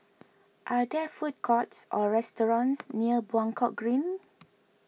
are there food courts or restaurants near Buangkok Green